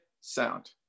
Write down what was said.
sound